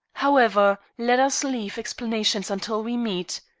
however, let us leave explanations until we meet.